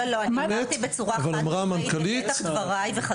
שרת